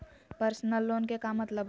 Personal loan के का मतलब हई?